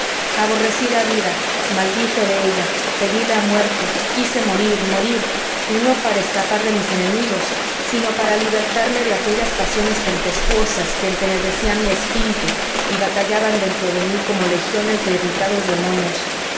aborrecí la vida maldije de ella pedí la muerte quise morir morir y no para escapar de mis enemigos sino para libertarme de aquellas pasiones tempestuosas que entenebrecían mi espíritu y batallaban dentro de mí como legiones de irritados demonios